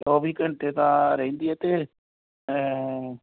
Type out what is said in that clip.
ਚੌਵੀ ਘੰਟੇ ਤਾਂ ਰਹਿੰਦੀ ਆ ਅਤੇ